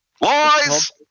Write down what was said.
Lies